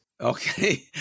Okay